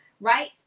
Right